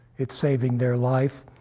it's saving their life.